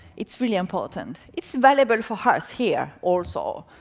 it's really important. it's valuable for us here also.